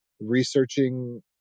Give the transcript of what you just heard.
researching